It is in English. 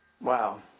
wow